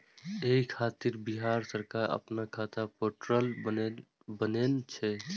एहि खातिर बिहार सरकार अपना खाता पोर्टल बनेने छै